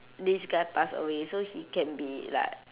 this guy pass away so he can be like